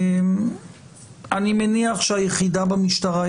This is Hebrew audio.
אני מניח שהיחידה במשטרה,